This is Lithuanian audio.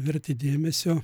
verti dėmesio